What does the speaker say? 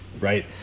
Right